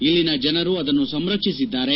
ಇಲ್ಲಿನ ಜನರು ಅದನ್ನು ಸಂರಕ್ಷಿಸಿದ್ದಾರೆ